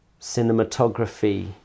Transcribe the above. cinematography